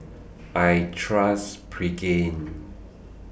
I Trust Pregain